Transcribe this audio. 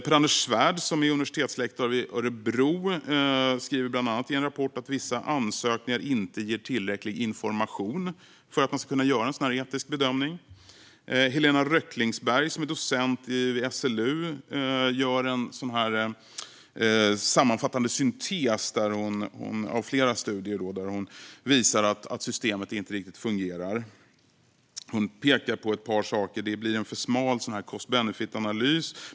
Per-Anders Svärd, som är universitetslektor i Örebro, skriver i en rapport bland annat att vissa ansökningar inte ger tillräcklig information för att man ska kunna göra en etisk bedömning. Helena Röcklinsberg, som är docent vid SLU, visar i en sammanfattande syntes av flera studier att systemet inte riktigt fungerar. Hon pekar på ett par saker. Det blir en för smal cost-benefit-analys.